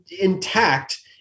intact